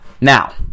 Now